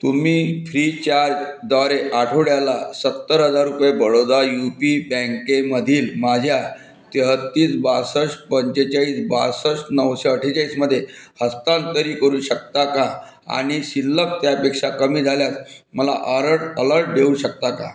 तुम्ही फ्रीचार्जद्वारे आठवड्याला सत्तर हजार रुपये बडोदा यू पी बँकेमधील माझ्या तेहतीस बासष्ट पंचेचाळीस बासष्ट नऊशे अठ्ठेचाळीसमध्ये हस्तांतरित करू शकता का आणि शिल्लक त्यापेक्षा कमी झाल्यास मला अरट अलर्ट देऊ शकता का